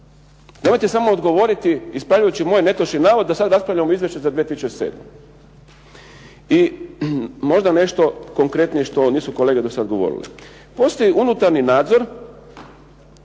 Nemojte samo odgovoriti ispravljajući moj netočni navod da sad raspravljamo Izvješće za 2007. I možda nešto konkretnije što nisu kolege do sad govorili. Postoji unutarnji nadzor